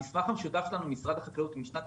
המסמך המשותף שלנו עם משרד החקלאות הוא משנת